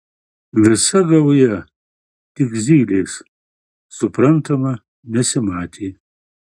visa gauja tik zylės suprantama nesimatė